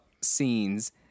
scenes